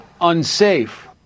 unsafe